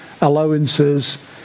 allowances